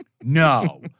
no